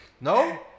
No